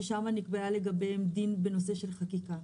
ששם נקבע לגביהם דין בנושא של חקיקה.